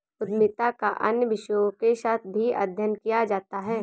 उद्यमिता का अन्य विषयों के साथ भी अध्ययन किया जाता है